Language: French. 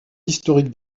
historique